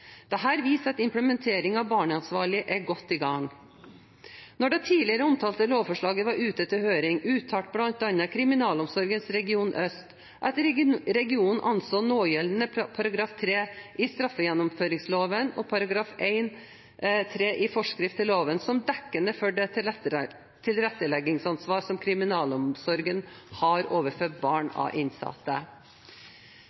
viser at implementeringen av barneansvarlige er godt i gang. Da det tidligere omtalte lovforslaget var ute til høring, uttalte bl.a. Kriminalomsorgen region øst at regionen anså någjeldende § 3 i straffegjennomføringsloven og § 1-3 i forskrift til loven som dekkende for det tilretteleggingsansvar som kriminalomsorgen har overfor barn